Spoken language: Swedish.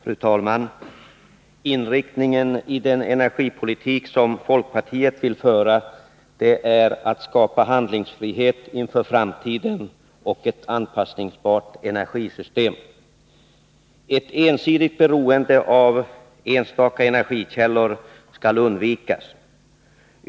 Fru talman! Inriktningen av den energipolitik som folkpartiet vill föra är att skapa handlingsfrihet inför framtiden och ett anpassningsbart energisystem. Ett ensidigt beroende av enstaka energikällor skall undvikas.